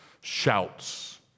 shouts